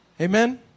Amen